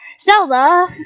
Zelda